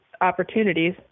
opportunities